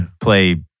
play